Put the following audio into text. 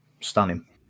Stunning